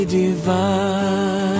divine